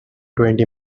twenty